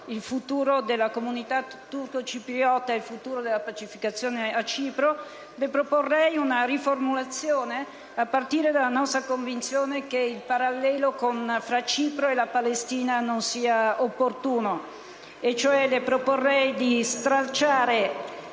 il futuro della comunità turco-cipriota e della pacificazione a Cipro, proporrei una riformulazione, partendo dalla nostra convinzione che il parallelo fra Cipro e la Palestina non sia opportuno. In sostanza, propongo di togliere,